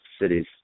cities